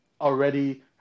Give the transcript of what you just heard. already